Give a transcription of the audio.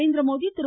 Narendra Modi Thiru